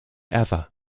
ever